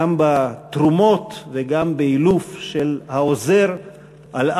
גם בתרומות וגם באילוף של העוזר על ארבע,